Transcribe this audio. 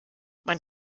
man